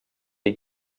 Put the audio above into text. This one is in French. est